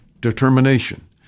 determination